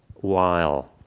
while,